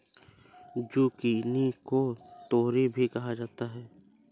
zucchini को तोरी भी कहा जाता है